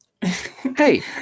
Hey